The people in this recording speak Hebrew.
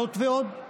זאת ועוד: